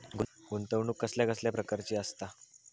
गुंतवणूक कसल्या कसल्या प्रकाराची असता?